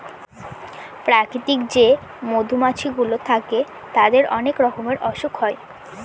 প্রাকৃতিক যে মধুমাছি গুলো থাকে তাদের অনেক রকমের অসুখ হয়